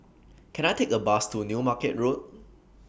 Can I Take A Bus to New Market Road